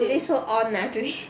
!wah! today so on ah today